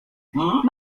mam